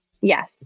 Yes